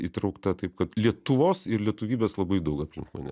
įtraukta taip kad lietuvos ir lietuvybės labai daug aplink mane